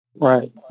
Right